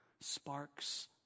sparks